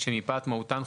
שמפאת מהותן,